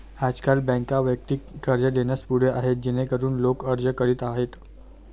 आजकाल बँका वैयक्तिक कर्ज देण्यास पुढे आहेत जेणेकरून लोक अर्ज करीत आहेत